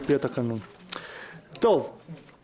נושא